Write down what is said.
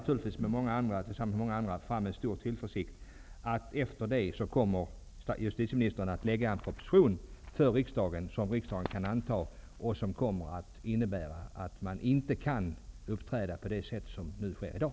Tillsammans med många andra ser jag naturligtvis fram med stor tillförsikt mot att justitieministern därefter skall framlägga en proposition för riksdagen, som kommer att innebära att man inte kan uppträda på det sätt som sker i dag.